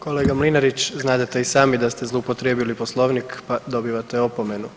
Kolega Mlinarić, znadete i sami da ste zloupotrijebili Poslovnik pa dobivate opomenu.